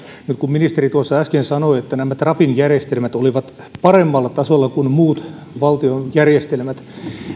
nyt kun ministeri äsken sanoi että trafin järjestelmät olivat paremmalla tasolla kuin muut valtion järjestelmät